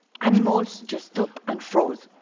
animals just stop and froze.